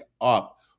up